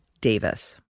Davis